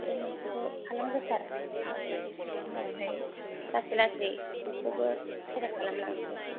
बे मोनसेखौ खालामग्रोथार आमफ्राय उनावहाय लासै लासै बेखौबो खायदा खालामलांसै